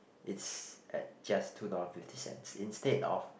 it's at just two dollar fifty cents instead of